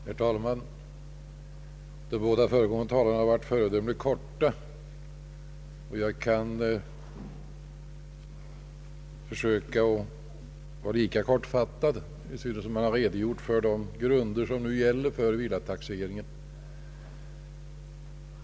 Herr talman! De båda föregående talarna har varit föredömligt korta, och jag skall försöka att vara lika kortfattad, i synnerhet som man redogjort för de grunder som nu gäller för villataxering.